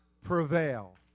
prevail